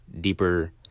deeper